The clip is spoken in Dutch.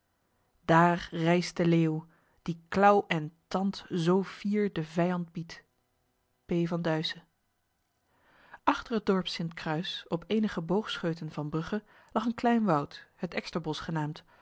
daer rijst de leeuw die klaeuw en tand zoo fier den vyand biedt p van duyse achter het dorp sint kruis op enige boogscheuten van brugge lag een klein woud het eksterbos genaamd